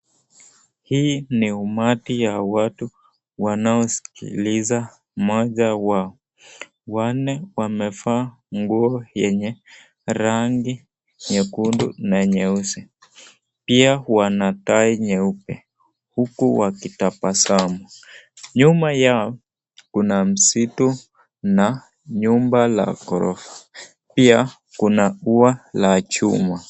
Hii ni umati ya watu wanaoskiliza mmoja wao. Wanne wamevaa nguo yenye rangi nyekundu na nyeusi pia wana tai nyeupe huku wakutabasamu. Nyuma yao kuna msitu na nyumba la ghorofa pia kuna ua la chuma.